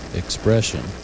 expression